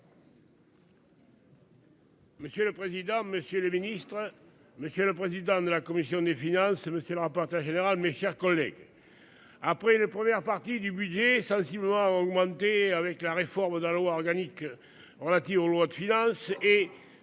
Monsieur le président, Monsieur le Ministre. Monsieur le président de la commission des finances, monsieur le rapporteur général, mes chers collègues. Après une première partie du budget sensiblement augmenté avec la réforme de la loi organique relative aux lois de finances